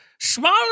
smaller